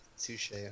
touche